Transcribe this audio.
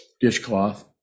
dishcloth